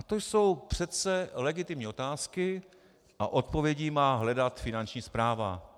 To jsou přece legitimní otázky a odpovědi má hledat Finanční správa.